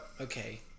okay